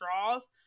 straws